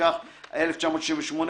התשכ"ח 1968,